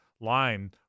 line